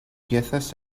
piezas